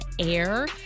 air